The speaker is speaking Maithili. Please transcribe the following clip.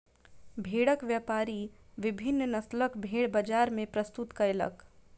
भेड़क व्यापारी विभिन्न नस्लक भेड़ बजार मे प्रस्तुत कयलक